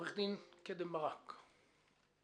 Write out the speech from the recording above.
עורך דין קדם ברק, בבקשה.